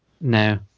No